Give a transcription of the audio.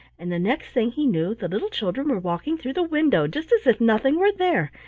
and the next thing he knew the little children were walking through the window just as if nothing were there,